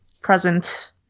present